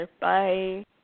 Bye